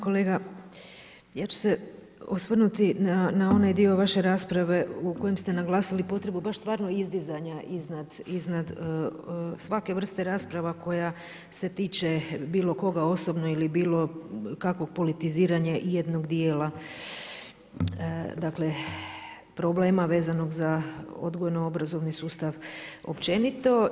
Kolega, ja ću se osvrnuti na onaj dio vaše rasprave u kojem ste naglasili potrebu baš stvarno izdizanja iznad svake vrste rasprave koja se tiče bilokoga osobno ili bilokakvog politiziranja jednog dijela problema vezanog za odgojno-obrazovni sustav općenito.